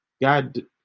God